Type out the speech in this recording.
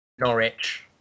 Norwich